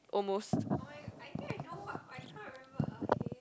almost